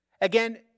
Again